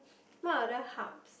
what other hubs